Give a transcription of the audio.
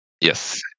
Yes